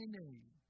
name